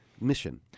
Mission